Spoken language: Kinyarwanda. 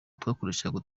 twakoreshaga